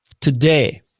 Today